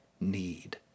need